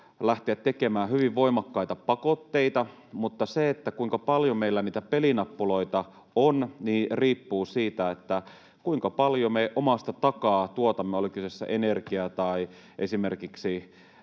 lähtemään tekemään hyvin voimakkaita pakotteita. Mutta se, kuinka paljon meillä niitä pelinappuloita on, riippuu siitä, kuinka paljon me omasta takaa tuotamme, oli kyseessä energia tai esimerkiksi